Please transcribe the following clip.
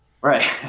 right